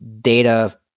data